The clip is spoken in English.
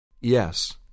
Yes